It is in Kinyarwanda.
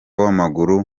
w’amaguru